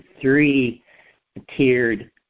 three-tiered